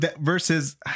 versus